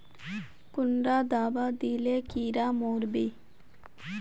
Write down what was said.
कुंडा दाबा दिले कीड़ा मोर बे?